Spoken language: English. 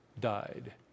died